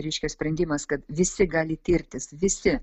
reiškia sprendimas kad visi gali tirtis visi